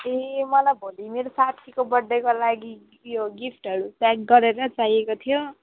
ए मलाई भोलि मेरो साथीको बर्थडेको लागि यो गिफ्टहरू प्याक गरेर चाहिएको थियो